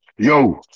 Yo